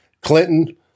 Clinton